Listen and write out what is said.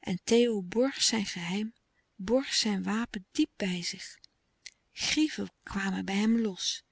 kracht theo borg zijn geheim borg zijn wapen diep bij zich grieven kwamen bij hem los